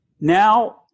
now